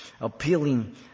appealing